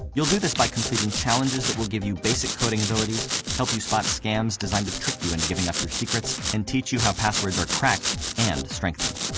will do this by completing challenges that will give you basic coding abilities, help you spot scams designed to trick you into giving up your secrets, and teach you how passwords are cracked and strengthened.